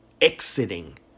exiting